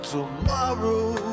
Tomorrow